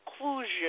conclusion